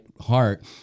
heart